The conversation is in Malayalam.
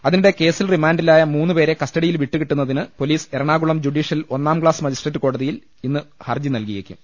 അതിനിടെ കേസിൽ റിമാന്റിലായ മൂന്നുപേരെ കസ്റ്റഡിയിൽ വിട്ടുകിട്ടുന്നതിന് പൊലീസ് എറണാകുളം ജുഡീഷ്യൽ ഒന്നാം ക്ലാസ് മജിസ്ട്രേറ്റ് കോടതിയിൽ ഇന്ന് ഹർജി നൽകിയേക്കും